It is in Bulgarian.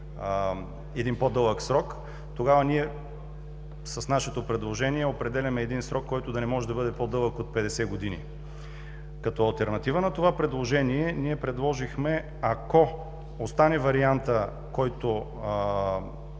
един по-дълъг срок, с нашето предложение ние определяме един срок, който да не може да бъде по-дълъг от 50 години. Като алтернатива на това предложение ние предложихме, ако остане вариантът, който